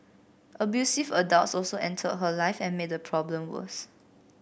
abusive adults also entered her life and made the problem worse